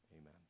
Amen